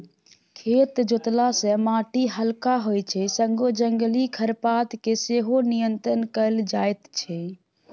खेत जोतला सँ माटि हलका होइ छै संगे जंगली खरपात केँ सेहो नियंत्रण कएल जाइत छै